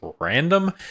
random